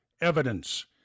evidence